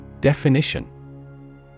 Definition